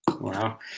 Wow